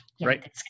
right